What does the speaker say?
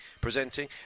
presenting